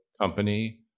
company